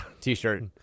T-shirt